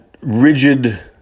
rigid